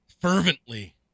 fervently